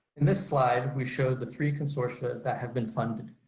in this slide we showed the three consortia that have been funded.